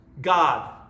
God